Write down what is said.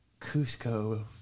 Cusco